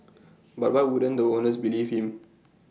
but why wouldn't the owners believe him